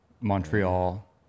Montreal